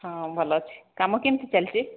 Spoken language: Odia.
ହଁ ଭଲ ଅଛି କାମ କେମତି ଚାଲିଛି